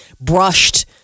brushed